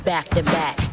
Back-to-back